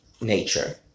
nature